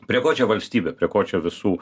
prie ko čia valstybė prie ko čia visų